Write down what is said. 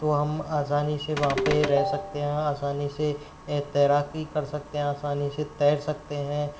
तो हम आसानी से वहाँ पे रह सकते हैं आसानी से तैराकी कर सकते हैं आसानी से तैर सकते हैं